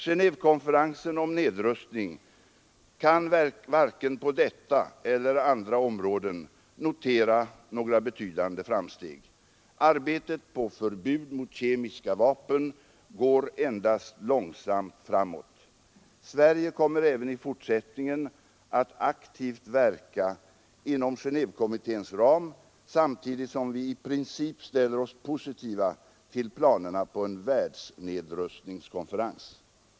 Gentvekonferensen om nedrustning kan varken på detta eller andra områden notera några betydande framsteg. Arbetet på förbud mot kemiska vapen går endast långsamt framåt. Sverige kommer även i fortsättningen att aktivt verka inom Genévekommitténs ram, samtidigt som vi i princip ställer oss positiva till planerna på en världsnedrustningskonferens.